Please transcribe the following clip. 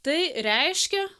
tai reiškia